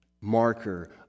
marker